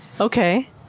Okay